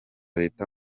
leta